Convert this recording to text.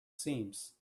seams